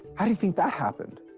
how do you think that happened?